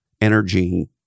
energy